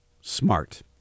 Smart